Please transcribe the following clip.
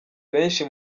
benshi